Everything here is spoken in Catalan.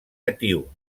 natiu